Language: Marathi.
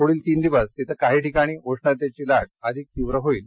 पुढील तीन दिवस तेथील काही ठिकाणी उष्णतेची लाट अधिक तीव्र होईल